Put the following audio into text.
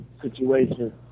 situation